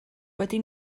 wedi